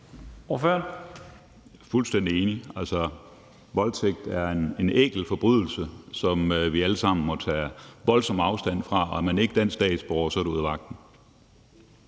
Jeg er fuldstændig enig. Voldtægt er en ækel forbrydelse, som vi alle sammen må tage voldsomt afstand fra. Og er man ikke dansk statsborger, så er det ud af vagten.